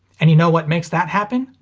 and you know what makes that happen?